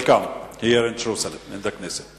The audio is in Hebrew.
Welcome here in Jerusalem, in the Knesset.